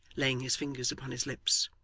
laying his fingers upon his lips.